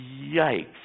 Yikes